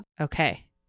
Okay